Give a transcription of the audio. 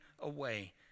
away